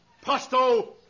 Pasto